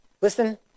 Listen